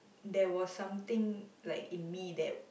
there was something like in me that